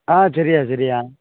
ஆ சரிய்யா சரிய்யா